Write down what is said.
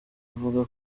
uvuga